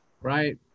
right